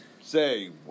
say